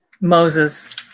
Moses